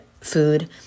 food